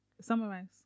Summarize